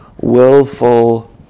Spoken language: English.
willful